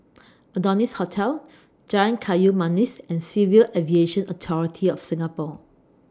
Adonis Hotel Jalan Kayu Manis and Civil Aviation Authority of Singapore